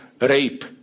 rape